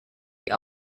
die